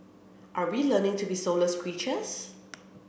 are we learning to be soulless creatures